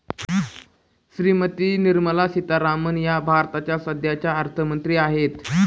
श्रीमती निर्मला सीतारामन या भारताच्या सध्याच्या अर्थमंत्री आहेत